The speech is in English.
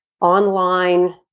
online